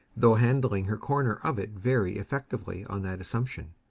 though handling her corner of it very effectively on that assumption,